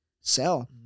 sell